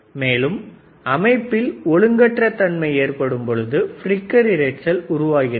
மேலும் அமைப்பில் ஒழுங்கற்ற தன்மை ஏற்படும் பொழுது பிளிக்கர் இரைச்சல் அதிகமாகிறது